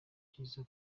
byiza